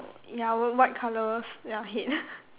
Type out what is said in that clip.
ya w~ white colours ya head